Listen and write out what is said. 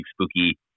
spooky